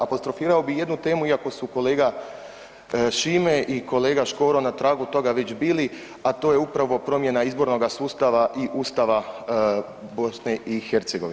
Apostrofirao bi jednu temu iako su kolega Šime i kolega Škoro na tragu toga već bili, a to je upravo promjena izbornoga sustava i Ustava BiH.